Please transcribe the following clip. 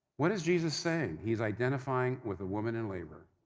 what is jesus saying? he's identifying with a woman in labor.